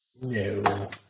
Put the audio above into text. no